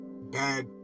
bad